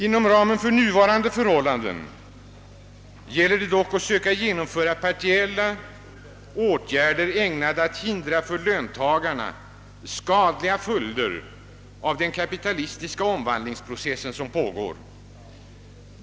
Inom ramen för nuvarande förhållanden gäller det dock att försöka genomföra partiella åtgärder ägnade att hindra för löntagarna skadliga följder av den kapitalistiska omvandlingsprocess som pågår.